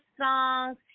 songs